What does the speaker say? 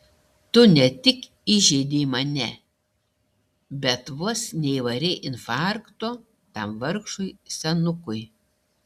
tu ne tik įžeidei mane bet vos neįvarei infarkto tam vargšui senukui